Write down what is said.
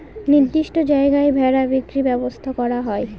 নির্দিষ্ট জায়গায় ভেড়া বিক্রির ব্যবসা করা হয়